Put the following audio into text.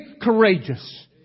courageous